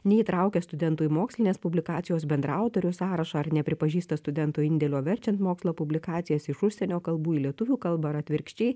neįtraukia studentų į mokslinės publikacijos bendraautoriu sąrašą ar nepripažįsta studento indėlio verčiant mokslo publikacijas iš užsienio kalbų į lietuvių kalbą ar atvirkščiai